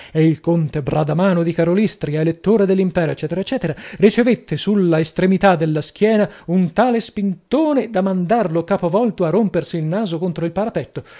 e il conte bradamano di karolystria elettore dell'impero ecc ecc ricevette sulla estremità della schiena un tale spintone da mandarlo capovolto a rompersi il naso contro il parapetto